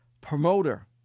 promoter